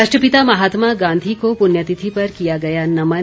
राष्ट्रपिता महात्मा गांधी को पुण्यतिथि पर किया गया नमन